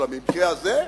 אבל במקרה הזה?